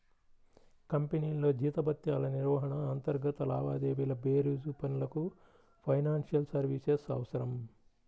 కంపెనీల్లో జీతభత్యాల నిర్వహణ, అంతర్గత లావాదేవీల బేరీజు పనులకు ఫైనాన్షియల్ సర్వీసెస్ అవసరం